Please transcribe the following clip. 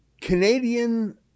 Canadian